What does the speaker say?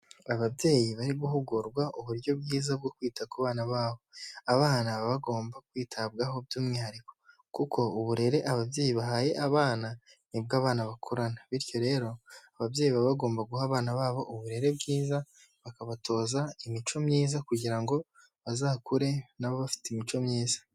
Ababyeyi bari guhugurwa uburyo bwiza bwo kwita ku bana babo, abana bab bagomba kwitabwaho by'umwihariko kuko uburere ababyeyi bahaye abana nibwo abana bakurana, bityo rero ababyeyi baba bagomba guha abana babo uburere bwiza bakabatoza imico myiza kugira ngo bazakure nabo bafite imico myiza.